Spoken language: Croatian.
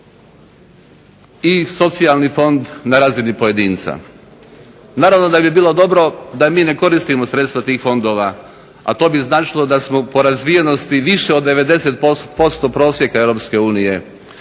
i socijalni fond na razini pojedinca. Naravno da bi bilo dobro da mi ne koristimo sredstva tih fondova, a to bi značilo da smo po razvijenosti više od 90% prosjeka